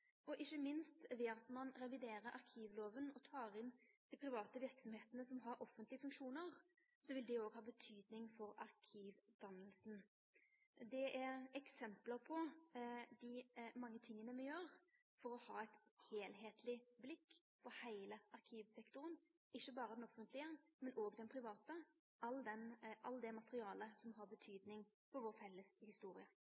at ein reviderer arkivlova og tar inn dei private verksemdene som har offentlege funksjonar, vil ikkje minst ha betydning for arkivdanninga. Det er eksempel på dei mange tinga me gjer for å ha eit heilskapleg blikk på heile arkivsektoren, ikkje berre den offentlege, men òg den private – alt det materialet som har